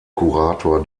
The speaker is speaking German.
kurator